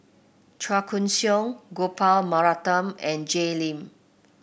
Chua Koon Siong Gopal Baratham and Jay Lim